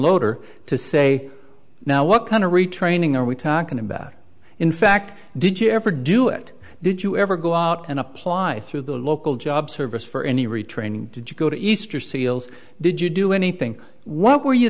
loader to say now what kind of retraining are we talking about in fact did you ever do it did you ever go out and apply through the local job service for any retraining did you go to easter seals did you do anything what were you